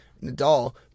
Nadal